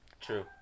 true